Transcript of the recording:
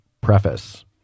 Preface